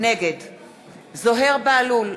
נגד זוהיר בהלול,